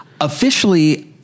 Officially